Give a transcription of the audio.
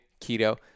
keto